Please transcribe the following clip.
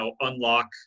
unlock